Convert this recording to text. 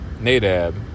Nadab